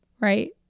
right